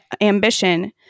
ambition